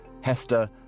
Hester